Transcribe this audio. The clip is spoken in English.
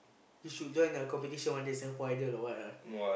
you should join a competition one day Singapore-Idol or what ah